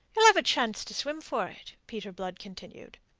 shall have a chance to swim for it, peter blood continued.